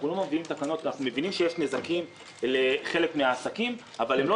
אנחנו מבינים שיש נזקים לחלק מן העסקים אבל הם לא